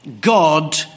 God